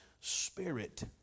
spirit